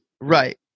right